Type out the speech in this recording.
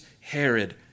Herod